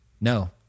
no